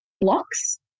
blocks